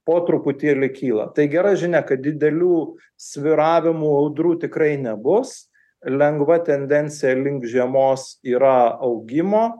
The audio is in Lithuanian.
po truputėlį kyla tai gera žinia kad didelių svyravimų audrų tikrai nebus lengva tendencija link žiemos yra augimo